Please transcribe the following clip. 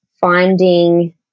finding